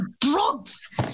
drugs